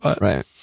Right